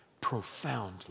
profoundly